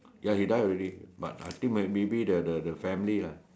ya he die already but I think right maybe the the the family lah